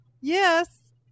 yes